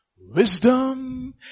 Wisdom